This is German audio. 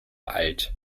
alt